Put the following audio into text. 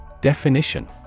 Definition